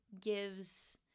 gives